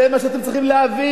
זה מה שאתם צריכים להבין.